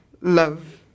love